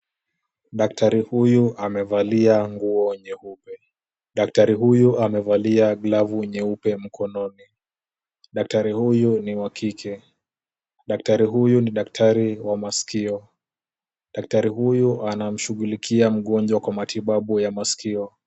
Daktari huyu amevalia nguo nyeupe. Daktari huyu amevalia glavu nyeupe mkononi. Daktari huyu ni wa kike. Daktari huyu ni daktari wa masikio. Daktari huyu anamshughulikia mgonjwa kwa matibabu ya masikio.